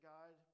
God